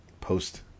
post